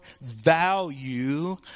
value